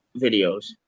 videos